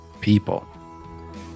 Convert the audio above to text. people